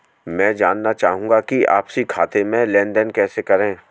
मैं जानना चाहूँगा कि आपसी खाते में लेनदेन कैसे करें?